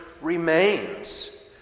remains